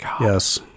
Yes